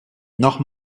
noch